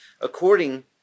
according